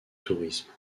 tourisme